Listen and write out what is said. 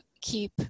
keep